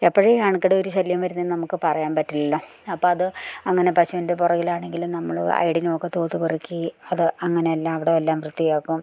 എപ്പോണ് അണുക്കളുടൊരു ശല്യം വരുന്നതെന്നു നമുക്ക് പറയാൻ പറ്റില്ലല്ലോ അപ്പം അത് അങ്ങനെ പശുവിൻ്റെ പുറകിലാണെങ്കിലും നമ്മൾ അയഡിനൊക്കെ തൂത്ത് പെറുക്കി അത് അങ്ങനെയെല്ലാ അവിടെയെല്ലാം വൃത്തിയാക്കും